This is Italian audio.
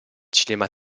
cinema